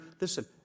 Listen